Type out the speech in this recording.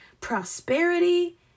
prosperity